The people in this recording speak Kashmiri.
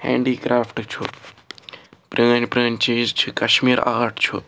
ہینٛڈی کرٛافٹہٕ چھُ پرٛٲنۍ پرٛٲنۍ چیٖز چھِ کشمیٖر آرٹ چھُ